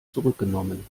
zurückgenommen